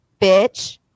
bitch